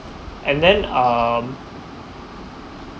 and then um